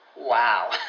Wow